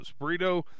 Burrito